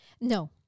No